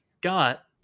got